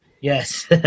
Yes